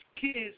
kids